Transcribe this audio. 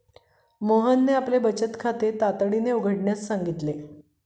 मोहनने आपले बचत खाते तातडीने उघडण्यास सांगितले